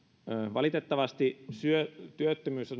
valitettavasti työttömyys